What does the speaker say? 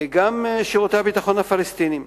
גם שירותי הביטחון הפלסטיני יודעים.